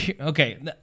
Okay